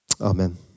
Amen